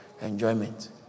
enjoyment